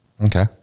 okay